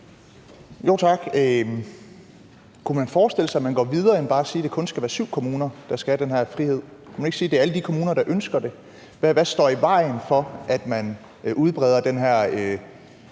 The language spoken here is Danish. Tak. Kunne man forestille sig, at man går videre end bare at sige, at det kun skal være syv kommuner, der skal have den her frihed? Kunne man ikke sige, at det er alle de kommuner, der ønsker det? Hvad står i vejen for, at man udbreder den her